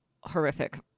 horrific